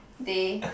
they